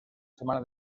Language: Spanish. semana